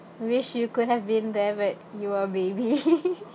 wish you could have been there but you were baby